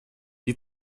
die